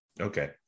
okay